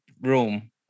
room